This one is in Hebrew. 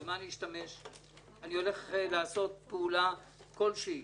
אני הולך לעשות פעולה כלשהי,